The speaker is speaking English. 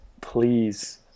please